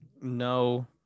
no